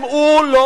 אם הוא לא